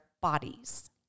bodies